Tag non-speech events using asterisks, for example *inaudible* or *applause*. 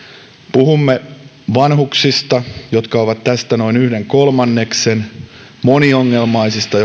puhumme vanhuksista jotka ovat tästä noin yhden kolmanneksen moniongelmaisista *unintelligible*